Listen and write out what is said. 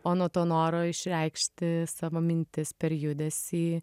o nuo to noro išreikšti savo mintis per judesį